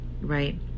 right